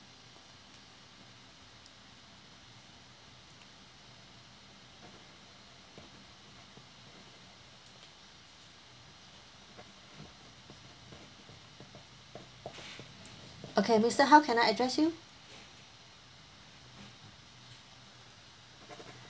okay mister how can I address you